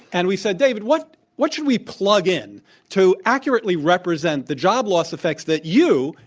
and we said, david, what what should we plug in to accurately represent the job loss effects that you,